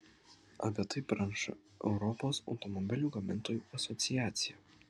apie tai praneša europos automobilių gamintojų asociacija